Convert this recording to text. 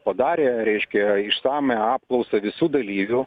padarė reiškia išsamią apklausą visų dalyvių